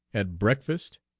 at breakfast,